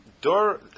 door